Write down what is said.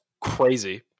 crazy